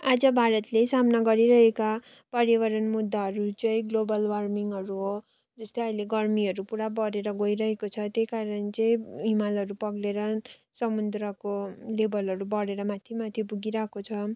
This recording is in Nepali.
आज भारतले सामना गरिरहेका पर्यावरण मुद्दाहरू चाहिँ ग्लोबल वार्मिङहरू हो जस्तै अहिले गर्मीहरू पुरा बढेर गइरहेको छ त्यही कारण चाहिँ हिमालहरू पग्लेर समुन्द्रको लेबलहरू बढेर माथि माथि पुगिरहेको छ